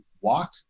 walk